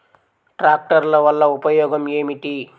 ట్రాక్టర్ల వల్ల ఉపయోగం ఏమిటీ?